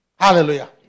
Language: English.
Hallelujah